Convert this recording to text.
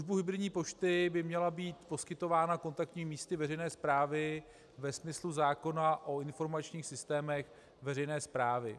Služba hybridní pošty by měla být poskytována kontaktními místy veřejné správy ve smyslu zákona o informačních systémech veřejné správy.